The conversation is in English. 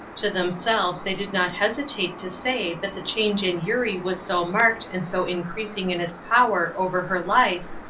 to themselves they did not hesitate to say that the change in eurie was so marked and so increasing in its power over her life,